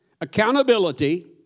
accountability